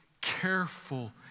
careful